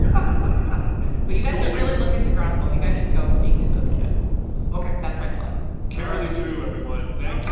um ah but you guys should really look into groundswell. you guys should go speak to those kids ok that's my plug kimberly drew, everyone. thank